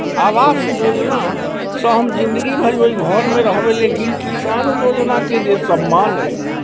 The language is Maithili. आवास योजनासँ हम जिन्दगीभरि ओहि घरमे रहबै लेकिन किसान योजनाके जे सम्मान अइ